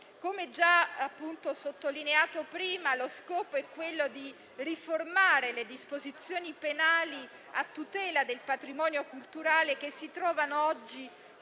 Come già sottolineato, lo scopo è quello di riformare le disposizioni penali a tutela del patrimonio culturale che si trovano oggi